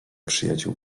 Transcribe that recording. przyjaciół